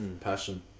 passion